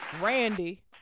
Randy